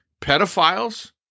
pedophiles